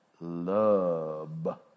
love